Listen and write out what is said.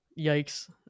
Yikes